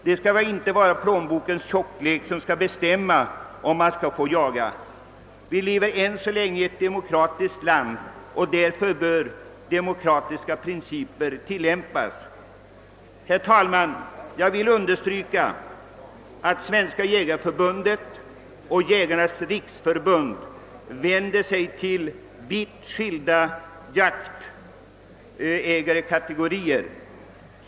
Det skall inte vara plånbokens tjocklek som bestämmer om man skall få jaga. Vi lever ännu så länge i ett demokratiskt land, och därför bör demokratiska principer tillämpas. Herr talman! Jag vill understryka att Svenska jägareförbundet och Jägarnas riksförbund vänder sig till vitt skilda jaktägarkategorier.